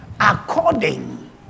according